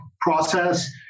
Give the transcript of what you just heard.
process